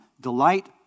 delight